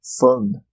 fun